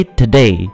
today